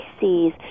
sees